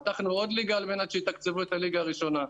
פתחנו עוד ליגה על מנת שיתקצבו את הליגה הראשונה.